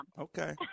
Okay